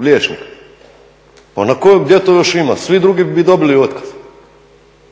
liječnika. Pa gdje to još ima? Svi drugi bi dobili otkaz.